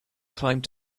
climbed